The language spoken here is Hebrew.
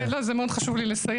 לא, רגע, זה מאוד חשוב לי לסיים.